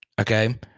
okay